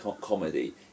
comedy